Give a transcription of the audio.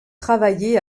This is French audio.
travaillé